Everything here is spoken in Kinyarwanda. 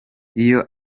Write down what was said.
iyo